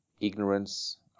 ignorance